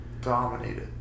Dominated